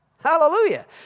Hallelujah